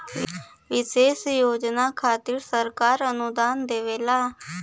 विशेष योजना खातिर सरकार अनुदान देवला